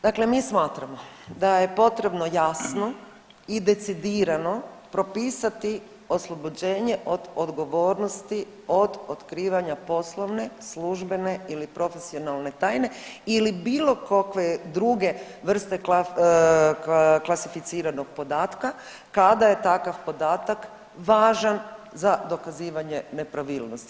Dakle, mi smatramo da je potrebno jasno i decidirano propisati oslobođenje od odgovornosti od otkrivanja poslovne, službene ili profesionalne tajne ili bilo kakve druge vrste klasificiranog podatka kada je takav podatak važan za dokazivanje nepravilnosti.